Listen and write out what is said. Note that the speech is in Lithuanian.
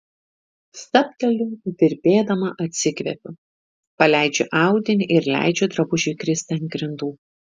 stabteliu virpėdama atsikvepiu paleidžiu audinį ir leidžiu drabužiui kristi ant grindų